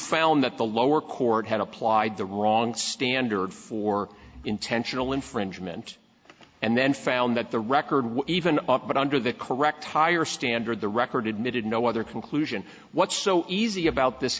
found that the lower court had applied the wrong standard for intentional infringement and then found that the record was even up but under the correct higher standard the record admitted no other conclusion what's so easy about this